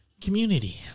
Community